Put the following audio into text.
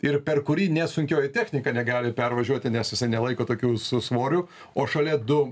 ir per kurį nesunkioji technika negali pervažiuoti nes nelaiko tokių su svorių o šalia du